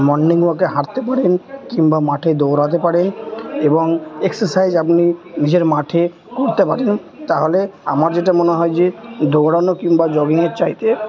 morning ওয়াকে হাঁটতে পারেন কিংবা মাঠে দৌড়াতে পারেন এবং এক্সেসাইজ আপনি নিজের মাঠে করতে পারেন তাহলে আমার যেটা মনে হয় যে দৌড়ানো কিংবা জগিংয়ের চাইতে